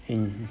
mm